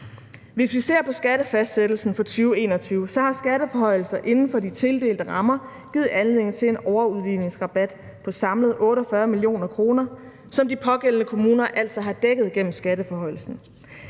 Hvis vi ser på skattefastsættelsen for 2021, har skatteforhøjelser inden for de tildelte rammer givet anledning til en overudligningsrabat på samlede 48 mio. kr., som de pågældende kommuner altså har dækket gennem skatteforhøjelsen.